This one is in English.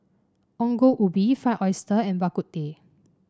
Ongol Ubi Fried Oyster and Bak Kut Teh